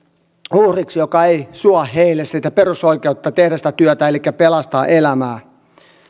uhriksi joka ei suo heille sitä perusoikeutta tehdä sitä työtä elikkä pelastaa elämää